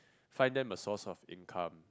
find them a source of income